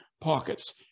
pockets